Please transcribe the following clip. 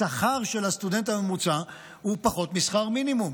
השכר של הסטודנט הממוצע הוא פחות משכר מינימום,